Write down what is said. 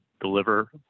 deliver